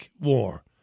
war